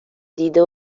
دیده